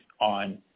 on